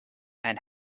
and